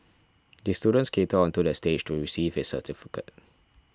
the student skated onto the stage to receive his certificate